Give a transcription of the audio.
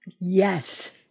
Yes